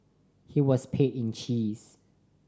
he was paid in cheese